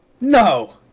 No